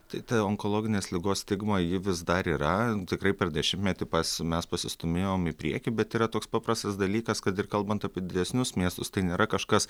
tai ta onkologinės ligos stigma ji vis dar yra tikrai per dešimtmetį pas mes pasistūmėjom į priekį bet yra toks paprastas dalykas kad ir kalbant apie didesnius miestus tai nėra kažkas